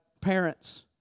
parents